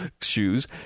shoes